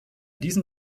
diesen